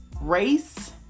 race